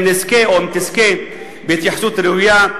אם תזכה בהתייחסות ראויה,